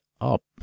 up